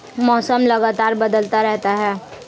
मौसम लगातार बदलता रहता है